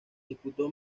disputó